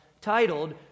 titled